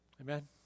amen